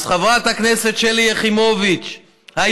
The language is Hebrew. אז